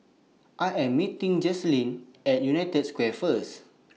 I Am meeting Jacalyn At United Square First